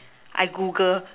I Google